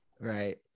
right